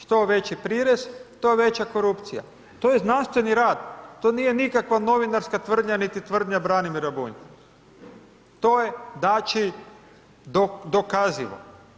Što veći prirez, to veća korupcija, to je znanstveni rad, to nije nikakva novinarska tvrdnja, niti tvrdnja Branimira Bunjca, to je znači dokazivo.